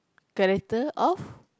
character of